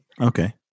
Okay